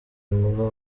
müller